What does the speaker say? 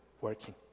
working